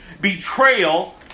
betrayal